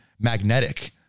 magnetic